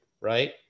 right